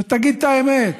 שתגיד את האמת.